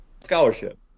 scholarship